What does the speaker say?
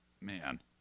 Man